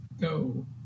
go